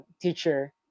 Teacher